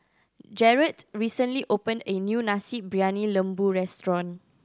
Jarrett recently opened a new Nasi Briyani Lembu restaurant